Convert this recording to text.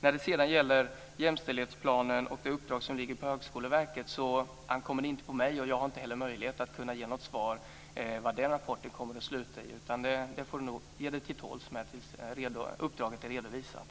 När det sedan gäller jämställdhetsplanen och det uppdrag som ligger på Högskoleverket ankommer det inte på mig att ge något svar vad den rapporten kommer att sluta i. Ulla-Britt Hagström får nog ge sig till tåls tills uppdraget är redovisat.